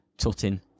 tutting